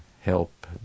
help